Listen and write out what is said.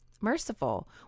merciful